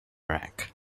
rank